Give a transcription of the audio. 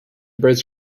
bridge